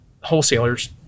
wholesalers